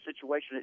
situation